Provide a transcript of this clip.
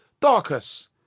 Darkus